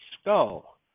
Skull